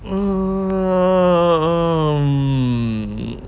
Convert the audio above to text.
um